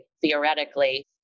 theoretically